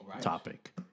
Topic